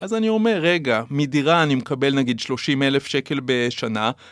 אז אני אומר, רגע, מדירה אני מקבל נגיד 30 אלף שקל בשנה.